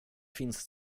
finns